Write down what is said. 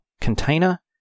container